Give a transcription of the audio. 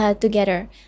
together